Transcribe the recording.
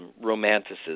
romanticism